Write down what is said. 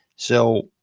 so,